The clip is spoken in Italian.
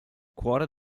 cuore